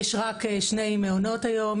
יש רק שני מעונות היום,